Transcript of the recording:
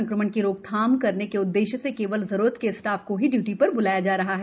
संक्रमण की रोकथाम करने के उद्देश्य से केवल जरूरत के स्टाफ को ही डूयूटी ार बुलाया जा रहा है